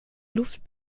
luft